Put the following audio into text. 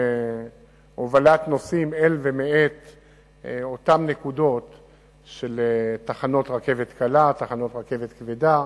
להובלת נוסעים אל ומאותן נקודות של תחנות רכבת קלה ותחנות רכבת כבדה.